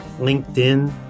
LinkedIn